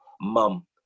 mum